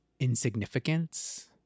insignificance